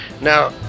Now